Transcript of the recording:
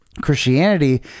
Christianity